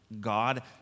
God